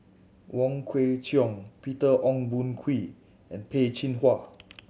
Wong Kwei Cheong Peter Ong Boon Kwee and Peh Chin Hua